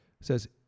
says